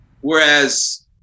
Whereas